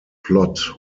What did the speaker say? plot